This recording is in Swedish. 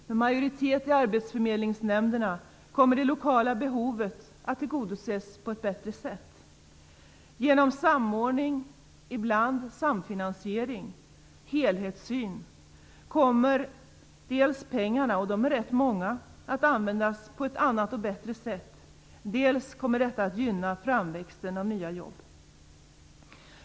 Med majoritet i arbetsförmedlingsnämnderna kommer det lokala behovet att tillgodoses på ett bättre sätt. Genom samordning, och ibland samfinansiering och helhetssyn, kommer pengarna - och det är ganska mycket - att användas på ett annat och bättre sätt. Detta kommer att gynna framväxten av nya jobb.